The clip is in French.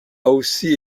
aussi